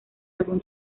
algún